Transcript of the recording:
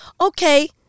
Okay